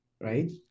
right